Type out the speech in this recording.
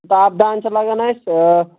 چھِ لَگَن اَسہِ